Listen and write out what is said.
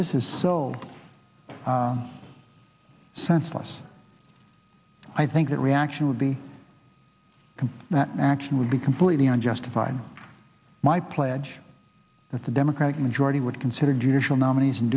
this is sold senseless i think that reaction would be complete that action would be completely unjustified my pledge that the democratic majority would consider judicial nominees